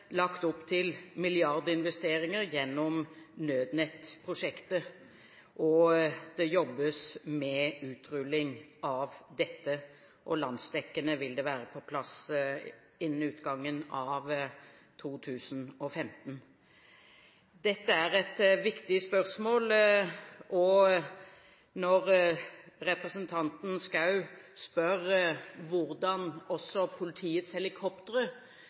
lagt opp til milliardinvesteringer gjennom nødnettprosjektet. Det jobbes med utrulling av dette, og landsdekkende vil det være på plass innen utgangen av 2015. Dette er et viktig spørsmål, og når representanten Schou spør hvordan også politiets helikoptre